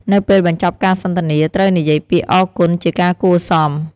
នៅពេលបញ្ចប់ការសន្ទនា ត្រូវនិយាយពាក្យ "អរគុណ" ជាការគួរសម។